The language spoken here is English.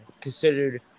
considered